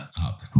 up